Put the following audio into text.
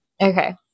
Okay